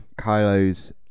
Kylo's